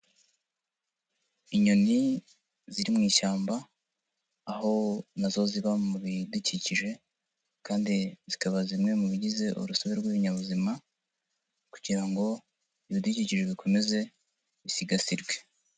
Inyoni ziri mu ishyamba aho na zo ziba mu bidukikije, kandi zikaba zimwe mu bigize urusobe rw'ibinyabuzima kugira ngo ibidukikije bikomeze bisigasirwe.